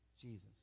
Jesus